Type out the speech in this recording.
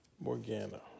Morgana